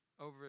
over